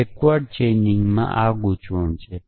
પાછલા ચેઇનમાં આ ગૂંચવણ છે